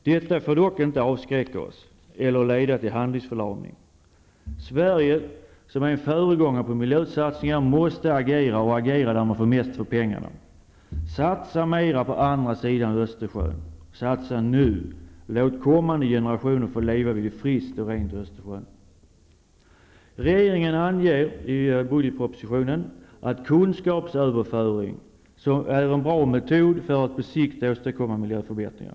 Detta får dock inte avskräcka oss eller leda till handlingsförlamning. Sverige, som är föregångare på miljösatsningar, måste agera och agera där man får mest för pengarna. Satsa ännu mera på andra sidan Östersjön -- men satsa nu! Låt kommande generationer få leva vid ett friskt och rent Östersjön. Regeringen anger i budgetpropositionen kunskapsöverföring som en bra metod för att på sikt åstadkomma miljöförbättringar.